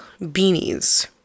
beanies